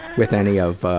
with any of, ah,